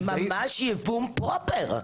זה ממש ייבום פרופר.